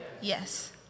Yes